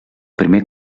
primer